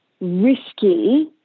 risky